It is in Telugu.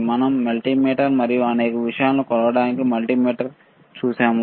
మనం మల్టీమీటర్ మరియు అనేక విషయాలను కొలవడానికి మల్టీమీటర్ చూశాము